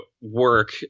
work